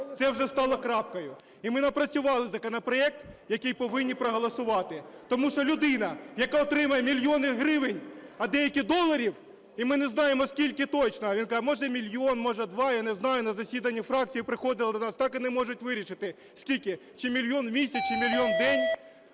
Це вже стало крапкою. І ми напрацювали законопроект, який повинні проголосувати. Тому що людина, яка отримує мільйони гривень, а деякі - доларів, і ми не знаємо, скільки точно, він каже: "Може, мільйон, може, два, я не знаю." На засідання фракції приходили до нас, так і не можуть вирішити, скільки: чи мільйон у місяць, чи мільйон в день.